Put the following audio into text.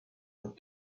with